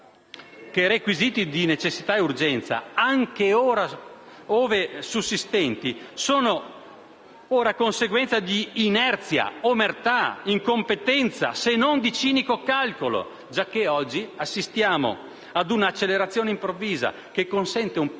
che i requisiti di necessità e urgenza, anche ove sussistenti, sono conseguenza di inerzia, omertà e incompetenza, se non di cinico calcolo, giacché oggi assistiamo a un'accelerazione improvvisa che consente un patto